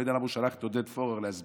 לא יודע למה הוא שלח את עודד פורר להסביר